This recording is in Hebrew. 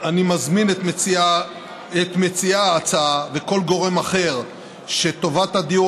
אני מזמין את מציעי ההצעה וכל גורם אחר שטובת הדיור